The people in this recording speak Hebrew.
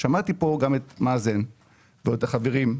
שמעתי פה גם את מאזן ואת החברים.